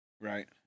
Right